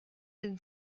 den